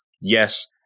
Yes